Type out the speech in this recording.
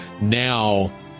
now